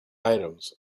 items